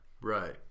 Right